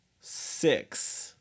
six